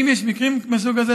אם יש מקרים מהסוג הזה,